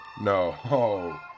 no